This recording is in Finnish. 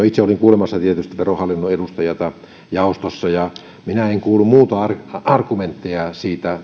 itse olin tietysti kuulemassa verohallinnon edustajaa jaostossa ja minä en kuullut muita argumentteja siitä